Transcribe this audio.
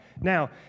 Now